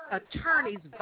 attorneys